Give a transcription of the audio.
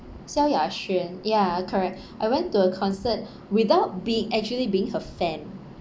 xiao yaxuan ya correct I went to her concert without be~ actually being her fan